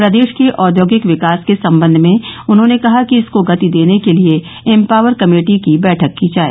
प्रदेश के औद्योगिक विकास के सम्बन्ध में उन्होंने कहा कि इसको गति देने के लिये इम्पावरमेंट कमेटी की बैठक की जाय